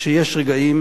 שיש רגעים